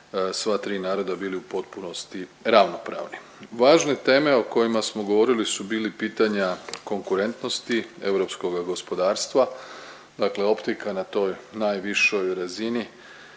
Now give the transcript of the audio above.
sva tri naroda bili u potpunosti ravnopravni. Važne teme o kojima smo govorili su bili pitanja konkurentnosti europskoga gospodarstva dakle optika na toj najvišoj razini